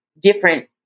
different